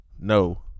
No